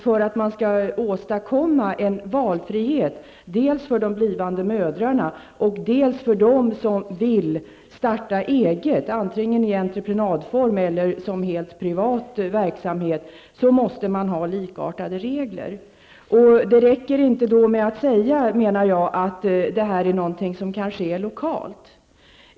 För att man skall åstadkomma en valfrihet dels för de blivande mödrarna, dels för dem som vill starta eget, antingen i entreprenadform eller i form av helt privat verksamhet, måste man ha likartade regler. Jag menar då att det inte räcker att säga att detta är något som kan ske lokalt.